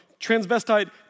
transvestite